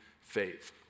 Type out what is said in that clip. Faith